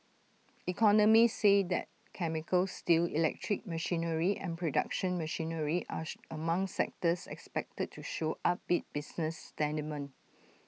economists say that chemicals steel electric machinery and production machinery are she among sectors expected to show upbeat business sentiment